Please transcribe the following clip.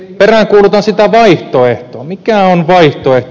peräänkuulutan sitä vaihtoehtoa mikä on vaihtoehto